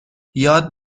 یاد